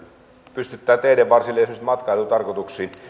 pystyttää teiden varsille esimerkiksi matkailutarkoituksiin